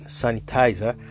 sanitizer